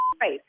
face